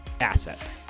asset